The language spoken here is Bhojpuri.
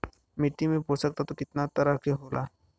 मिट्टी में पोषक तत्व कितना तरह के होला?